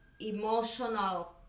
emotional